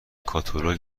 کاتالوگ